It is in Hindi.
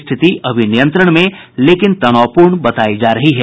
स्थिति अभी नियंत्रण में लेकिन तनावपूर्ण बतायी जा रही है